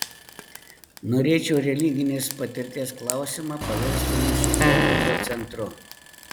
norėčiau religinės patirties klausimą paversti mūsų pokalbio centru